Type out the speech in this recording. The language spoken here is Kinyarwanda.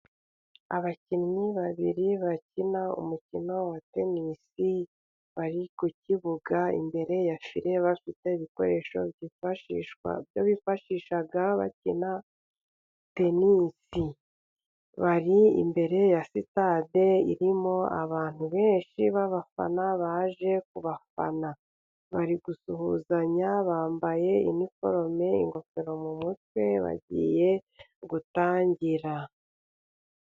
Abakinnyi babiri bakina umukino wa tenisi, bari ku kibuga imbere ya fire, bafite ibikoresho byifashishwa, ibyo bifashisha bakina tenisi. Bari imbere ya sitade irimo abantu benshi b'abafana, baje kubafana, bari gusuhuzanya, bambaye iniforome, ingofero mu mutwe, bagiye gutangira.